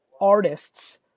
artists